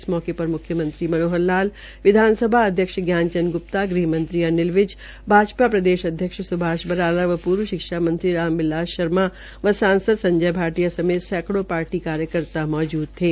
इस मौके पर मुख्यमंत्री मनोहर लाल विधानसभा अध्यक्ष ज्ञान चंद ग्र्प्ता गृहमंत्री अनिल विज भाजपा प्रदेश अध्यक्ष सुभाष बराला व पूर्व शिक्षा मंत्री रामबिलास शर्मा व सांसद संजय भाटिया समेत सैकड़ो पार्टी कार्यकर्ता मौजूद थे